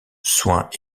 soins